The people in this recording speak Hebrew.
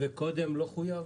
קודם לא חויב?